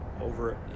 over